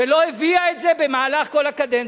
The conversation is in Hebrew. ולא הביאה את זה במהלך כל הקדנציה,